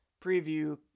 preview